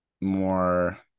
more